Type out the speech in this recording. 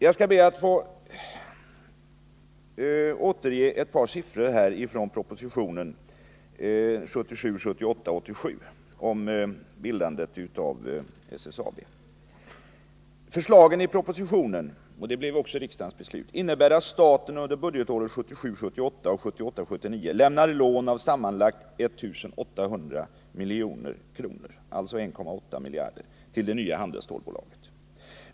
Jag skall be att få återge ett par siffror från propositionen 1977 78 och 1978/79 lämnar lån av sammanlagt 1 800 milj.kr. till det nya handelsstålbolaget.” Det är alltså 1,8 miljarder.